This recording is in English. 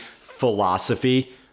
philosophy